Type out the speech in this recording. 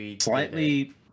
Slightly